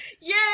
Yay